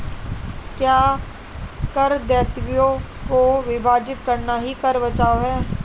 क्या कर दायित्वों को विभाजित करना ही कर बचाव है?